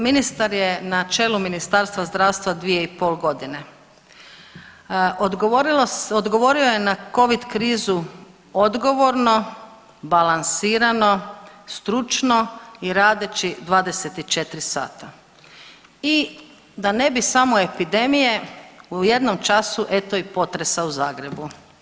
Ministar je na čelu Ministarstva zdravstva dvije i pol godine, odgovorio je na covid krizu odgovorno, balansirano, stručno i radeći 24 sata i da ne bi samo epidemije u jednom času eto i potresa u Zagrebu.